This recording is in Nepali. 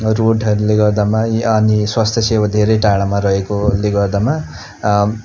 रोडहरूले गर्दामा यी अनि स्वास्थ्यसेवा धेरै टाढामा रहेकोले गर्दामा